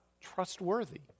Trustworthy